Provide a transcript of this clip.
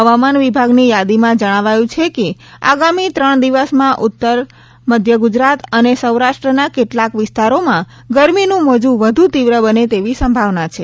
હવામાન વિભાગની યાદીમાં જણાવ્યું છે કે આગામી ત્રણ દિવસમાં ઉત્તર મધ્ય ગુજરાત અને સૌરાષ્ટ્રના કેટલાંક વિસ્તારોમાં ગરમીનું મોજું વધુ તીવ્ર બને તેવી સંભાવના છે